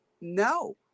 no